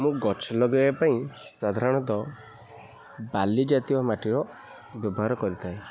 ମୁଁ ଗଛ ଲଗାଇବା ପାଇଁ ସାଧାରଣତଃ ବାଲି ଜାତୀୟ ମାଟିର ବ୍ୟବହାର କରିଥାଏ